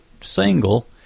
single